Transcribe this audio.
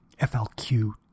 FLQ